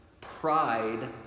pride